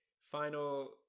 final